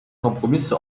kompromisse